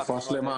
רפואה שלמה.